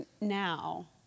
now